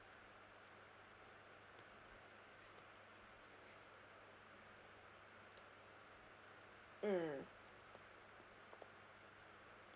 mm